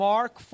Mark